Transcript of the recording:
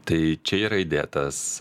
tai čia yra įdėtas